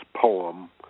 poem